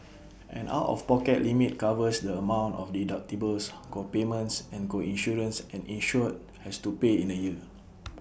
an out of pocket limit covers the amount of deductibles co payments and co insurance an insured has to pay in A year